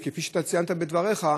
כפי שציינת בדבריך,